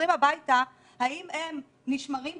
אני רוצה לעצור את הדיון כי במהות זה לא נכון שנתחיל לעבור ענף ענף.